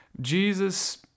Jesus